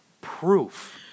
proof